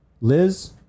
Liz